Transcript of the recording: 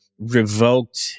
revoked